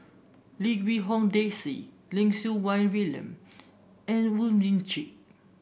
Lim Quee Hong Daisy Lim Siew Wai William and Oon Jin Teik